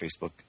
Facebook